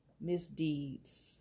misdeeds